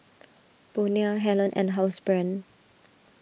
Bonia Helen and Housebrand